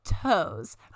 toes